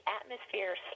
atmosphere